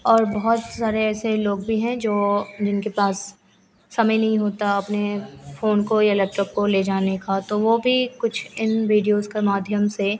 और बहुत सारे ऐसे लोग भी हैं जो जिनके पास समय नहीं होता अपने फ़ोन को या लैपटॉप को ले जाने का तो वह भी कुछ इन वीडियोज़ के माध्यम से